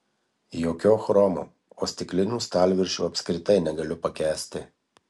jokio chromo o stiklinių stalviršių apskritai negaliu pakęsti